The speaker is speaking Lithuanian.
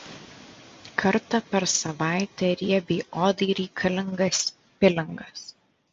kartą per savaitę riebiai odai reikalingas pilingas